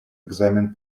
экзамен